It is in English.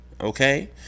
Okay